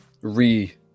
re